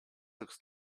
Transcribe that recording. looks